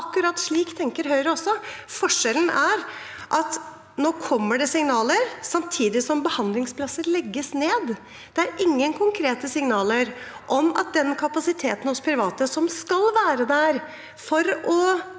akkurat slik tenker Høyre også. Forskjellen er at det nå kommer signaler samtidig som behandlingsplasser legges ned. Det er ingen konkrete signaler om den kapasiteten hos private som skal være der for å